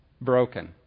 broken